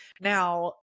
now